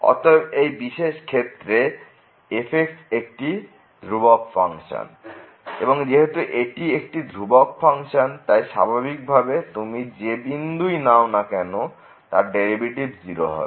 অতএব এই বিশেষ ক্ষেত্রে f একটি ধ্রুবক ফাংশন এবং যেহেতু এটি একটি ধ্রুবক ফাংশন তাই স্বাভাবিক ভাবে তুমি যে বিন্দুই নাও না কেন তার ডেরিভেটিভ 0 হবে